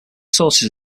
sources